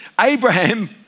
Abraham